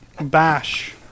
bash